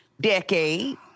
decade